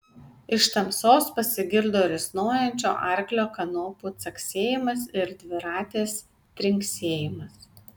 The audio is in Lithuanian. iš tamsos pasigirdo risnojančio arklio kanopų caksėjimas ir dviratės trinksėjimas